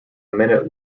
minute